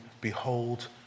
Behold